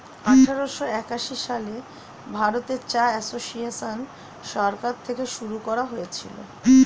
আঠারোশো একাশি সালে ভারতে চা এসোসিয়েসন সরকার থেকে শুরু করা হয়েছিল